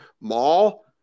mall